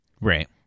Right